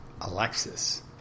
Alexis